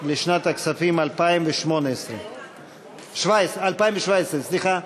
הכספים 2018. 2017, סליחה.